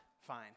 fine